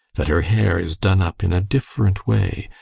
that her hair is done up in a different way,